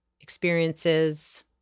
experiences